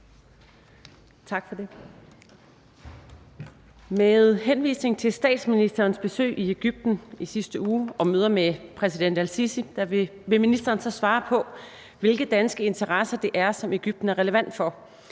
Med henvisning til statsministerens besøg i Egypten og møder med præsident al-Sisi vil ministeren så svare på, hvilke danske interesser det er, Egypten er relevant for,